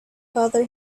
father